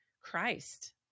Christ